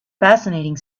fascinating